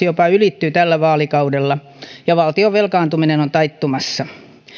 jopa ylittyy tällä vaalikaudella ja valtion velkaantuminen on taittumassa